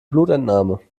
blutentnahme